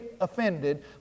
offended